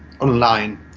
online